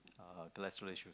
uh cholesterol issues